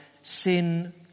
sin